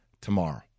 tomorrow